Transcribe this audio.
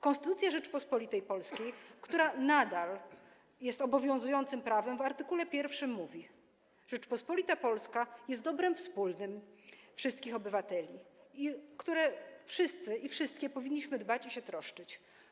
Konstytucja Rzeczypospolitej Polskiej, która nadal jest obowiązującym prawem, w art. 1 mówi: Rzeczpospolita Polska jest dobrem wspólnym wszystkich obywateli, o które wszyscy i wszystkie powinniśmy dbać i się troszczyć.